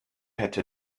hätte